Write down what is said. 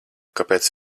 kāpēc